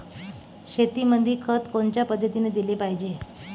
शेतीमंदी खत कोनच्या पद्धतीने देलं पाहिजे?